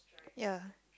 ya